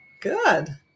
Good